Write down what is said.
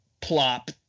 plop